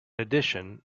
addition